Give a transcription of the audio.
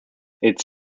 its